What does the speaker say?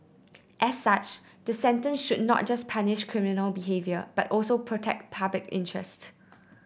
as such the sentence should not just punish criminal behaviour but also protect public interest